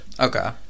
Okay